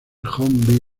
home